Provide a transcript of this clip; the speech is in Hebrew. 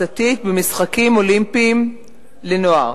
במשחקים אולימפיים לנוער.